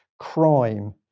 crime